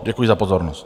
Děkuji za pozornost.